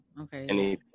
okay